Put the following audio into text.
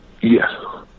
yes